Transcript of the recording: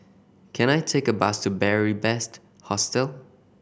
can I take a bus to Beary Best Hostel